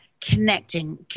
connecting